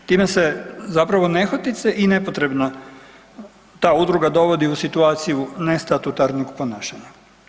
Time se zapravo nehotice i nepotrebno ta udruga dovodi u situaciju nestatutarnog ponašanja.